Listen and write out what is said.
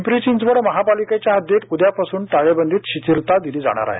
पिंपरी चिंचवड महापालिकेच्या हद्दीत उद्यापासून टाळेबंदीत शिथिलता दिली जाणार आहे